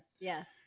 yes